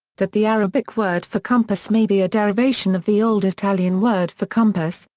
that the arabic word for compass may be a derivation of the old italian word for compass,